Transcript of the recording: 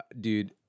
dude